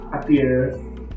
appears